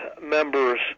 members